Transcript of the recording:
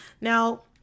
Now